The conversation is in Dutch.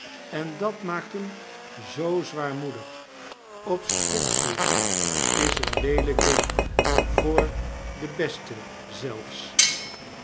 en dat maakt hem zoo zwaarmoedig obstructies is een leelyk ding voor den beste zelfs